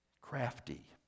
crafty